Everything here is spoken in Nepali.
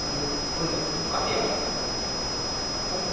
हुन्छ हुन्छ हुन्छ कति हजार